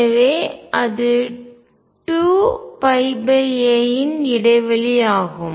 எனவே அது 2a இன் இடைவெளி ஆகும்